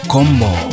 Combo